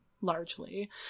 largely